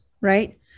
right